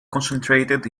concentrated